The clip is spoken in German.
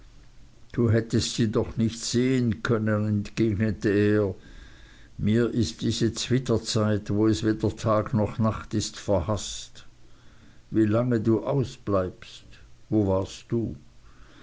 du hättest sie doch nicht sehen können entgegnete er mir ist diese zwitterzeit wo es weder tag noch nacht ist verhaßt wie lange du ausbleibst wo warst du